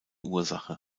ursache